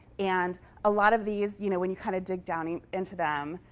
and a lot of these, you know when you kind of dig down and into them,